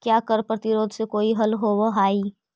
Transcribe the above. क्या कर प्रतिरोध से कोई हल होवअ हाई